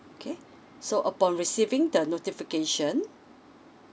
okay so upon receiving the notification